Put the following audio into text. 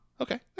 okay